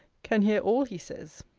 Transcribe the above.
can hear all he says.